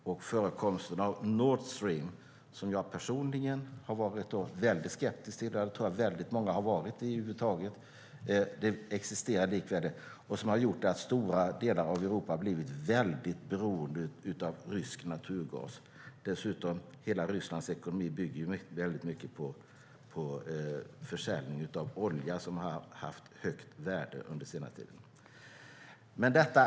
Förekomsten av Nord Stream - som jag personligen och många andra har varit skeptiska till - har gjort att stora delar av Europa har blivit beroende av rysk naturgas. Dessutom bygger hela Rysslands ekonomi mycket på försäljning av olja, som under den senaste tiden har haft ett högt värde.